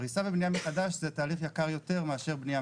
הריסה ובניה מחדש זה תהליך יקר יותר מאשר בניה.